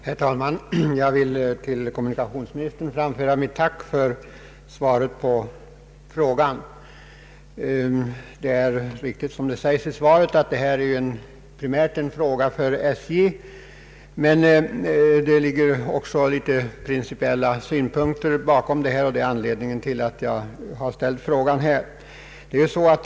Herr talman! Jag vill till kommunikationsministern framföra mitt tack för svaret på frågan. Det är riktigt som det sägs i svaret att detta primärt är en sak som ankommer på SJ, men det ligger också en del principiella synpunkter i ärendet, vilket är anledningen till att jag ställt frågan.